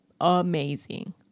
amazing